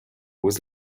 was